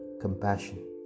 compassion